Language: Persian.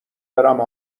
برم